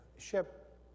ship